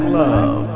love